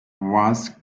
was